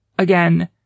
Again